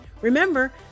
Remember